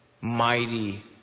mighty